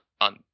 on